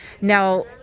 Now